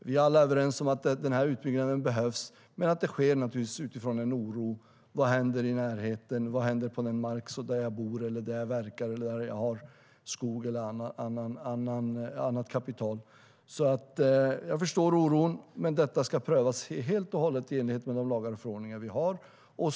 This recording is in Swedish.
Vi är alla överens om att utbyggnaden behövs men att den ska ske utifrån den oro för vad som händer i närheten, vad som händer på den mark där jag bor, där jag verkar eller där jag har skog eller annat kapital. Jag förstår oron, men detta ska prövas helt och hållet i enlighet med de lagar och förordningar som vi har.